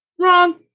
Wrong